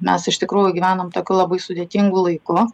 mes iš tikrųjų gyvenam tokiu labai sudėtingu laiku